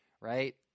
right